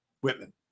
whitman